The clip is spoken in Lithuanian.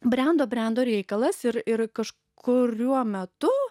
brendo brendo reikalas ir ir kažkuriuo metu